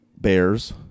bears